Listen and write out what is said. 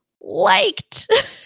liked